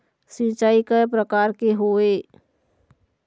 सिचाई कय प्रकार के होये?